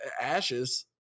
ashes